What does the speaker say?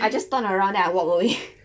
I just turn around then I walk away